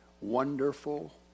Wonderful